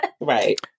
right